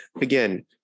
again